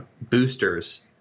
boosters